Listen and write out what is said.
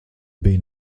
bija